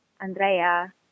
Andrea